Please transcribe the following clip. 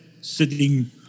sitting